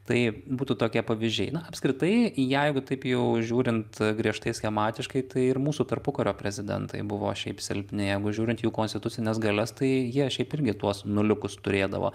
tai būtų tokie pavyzdžiai na apskritai jeigu taip jau žiūrint griežtai schematiškai tai ir mūsų tarpukario prezidentai buvo šiaip silpni jeigu žiūrint jų konstitucines galias tai jie šiaip irgi tuos nuliukus turėdavo